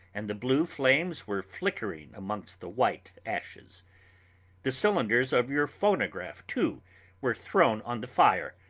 and the blue flames were flickering amongst the white ashes the cylinders of your phonograph too were thrown on the fire,